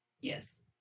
yes